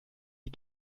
die